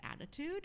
attitude